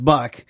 Buck